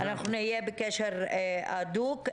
אנחנו נהיה בקשר הדוק.